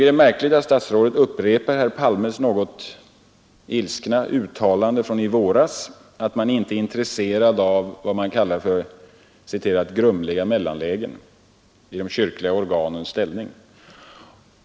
Det är märkligt att statsrådet upprepar herr Palmes något ilskna uttalande från i våras, att man inte är intresserad av vad man kallar för ”grumliga mellanlägen i de kyrkliga organens ställning”.